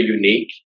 unique